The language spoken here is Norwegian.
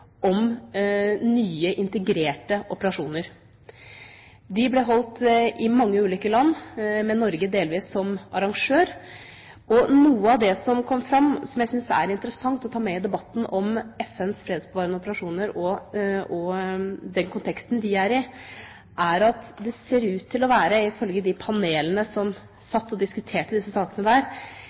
om nye, integrerte operasjoner. De ble holdt i mange ulike land, med Norge delvis som arrangør. Noe av det som kom fram, som jeg syns er interessant å ta med i debatten om FNs fredsbevarende operasjoner og den konteksten de er i, er at det ifølge de panelene som satt og diskuterte disse sakene der,